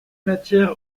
matière